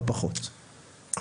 לא פחות,